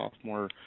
sophomore